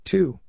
Two